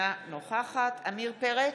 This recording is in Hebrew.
אינה נוכחת עמיר פרץ,